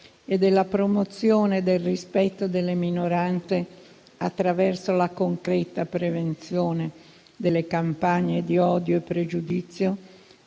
e della promozione del rispetto delle minoranze, attraverso la concreta prevenzione delle campagne di odio e pregiudizio,